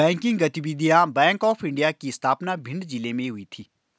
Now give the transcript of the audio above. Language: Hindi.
बैंकिंग गतिविधियां बैंक ऑफ इंडिया की स्थापना भिंड जिले में हुई थी